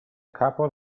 couple